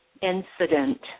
incident